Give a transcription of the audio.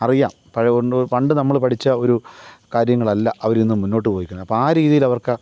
അറിയാം പഴയ കൊണ്ട് പണ്ടു നമ്മൾ പഠിച്ച ഒരു കാര്യങ്ങളല്ല അവരിന്ന് മുന്നോട്ട് പോയിരിക്കുന്നത് അപ്പം ആ രീതിയിലവര്ക്ക്